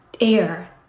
air